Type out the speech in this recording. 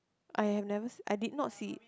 I have never see I did not see